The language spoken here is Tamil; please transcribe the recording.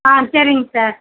ஆ சரிங்க சார்